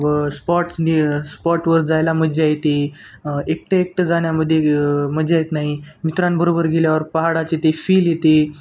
व स्पॉट्स नि स्पॉटवर जायला मज्जा येते एकटं एकटं जाण्यामध्ये मजा येत नाही मित्रांबरोबर गेल्यावर पहाडाची ते फील येते